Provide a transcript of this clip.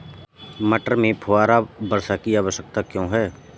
मटर में फुहारा वर्षा की आवश्यकता क्यो है?